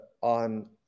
on